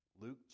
Luke